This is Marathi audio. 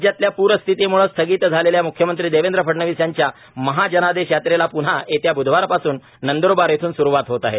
राज्यातल्या पूरपरिस्थितीमुळे स्थगित झालेल्या मुख्यमंत्री देवेंद्र फडणवीस यांच्या महाजनादेश यात्रेला प्न्हा येत्या ब्धवार पासून नंद्रबार इथून सुरुवात होत आहे